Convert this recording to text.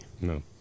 No